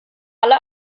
alle